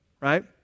right